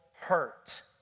hurt